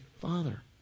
Father